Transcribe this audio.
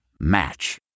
Match